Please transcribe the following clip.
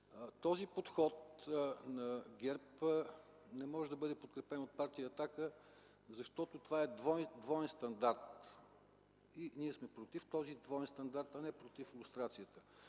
Този подход на ГЕРБ не може да бъде подкрепен от Партия „Атака”, защото това е двоен стандарт и ние сме против този двоен стандарт, а не против лустрацията.